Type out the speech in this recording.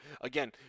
Again